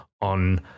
on